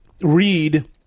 read